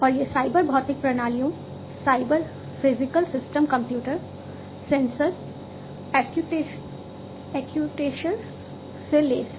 और ये साइबर भौतिक प्रणालियोंसाइबर फिजिकल सिस्टम कंप्यूटर से लैस हैं